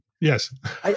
Yes